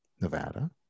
Nevada